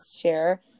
share